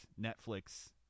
Netflix